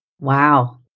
Wow